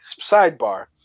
sidebar